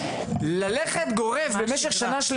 אבל הגבלת ההגעה למקומות האלה באופן גורף לכל השנה,